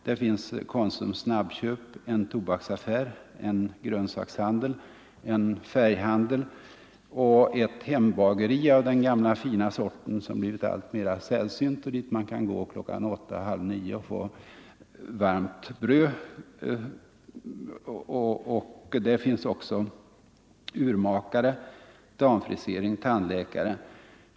Där finns Konsums snabbköp, en tobaksaffär, en grönsakshandel, en färghandel och ett hembageri av den gamla fina sorten som blivit alltmer sällsynt och dit man kan gå klockan åtta eller halv nio och få varmt färskt bröd. Där finns vidare urmakare, damfrisering och tandläkare.